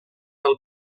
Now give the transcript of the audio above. del